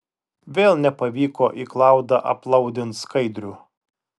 vėl nepavyko į klaudą aplaudint skaidrių